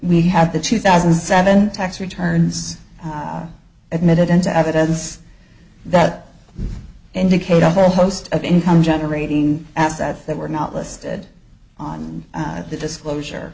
we have the two thousand and seven tax returns admitted into evidence that indicate a whole host of income generating assets that were not listed on the disclosure